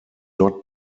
not